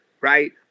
Right